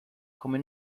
come